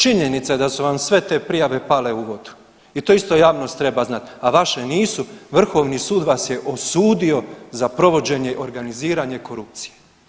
Činjenica je da su vam sve te prijave pale u vodu i to isto javnost treba znati, a vaše nisu Vrhovni sud vas je osudio za povođenje, organiziranje korupcije.